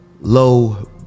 low